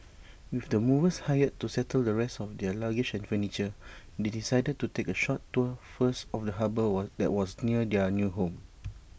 with the movers hired to settle the rest of their luggage and furniture they decided to take A short tour first of the harbour was that was near their new home